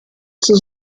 zur